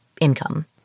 income